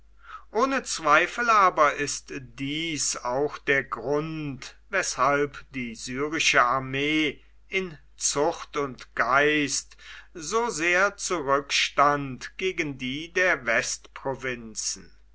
ohne zweifel aber ist dies auch der grund weshalb die syrische armee in zucht und geist so sehr zurückstand gegen die der